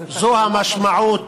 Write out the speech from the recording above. זו המשמעות